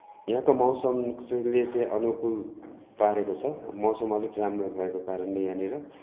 यहाँको मौसमले चाहिँ अनुकुल पारेको छ मौसम अलिक राम्रो भएको कारणले यहाँनिर